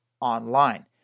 online